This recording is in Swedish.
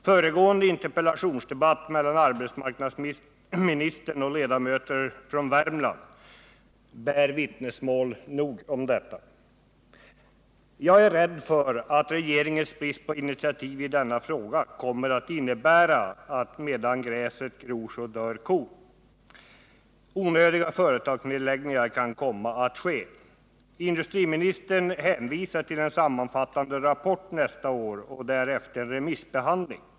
Föregående interpellationsdebatt mellan arbetsmarknadsministern och ledamöter från Värmland bär vittnesmål nog om detta. Jag är rädd för att regeringens brist på initiativ i denna fråga kommer att innebära ati medan gräset växer dör kon. Onödiga företagsnedläggningar kan komma att ske. Industriministern hänvisar till en sammanfattande rapport nästa år med efterföljande remissbehandling.